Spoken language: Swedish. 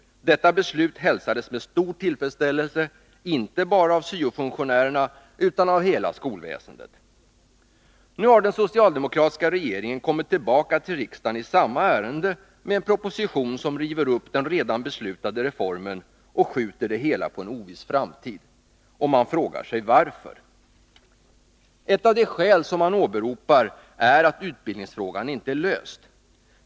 Detta beslut hälsades med stor tillfredsställelse, inte bara av syo-funktionärerna utan av hela skolväsendet. Nu har den socialdemokratiska regeringen kommit tillbaka till riksdagen i samma ärende med en proposition som river upp den redan beslutade reformen och skjuter det hela på en oviss framtid. Man frågar sig varför. Ett av de skäl som åberopas är att utbildningsfrågan inte är löst.